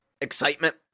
excitement